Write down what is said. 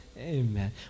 Amen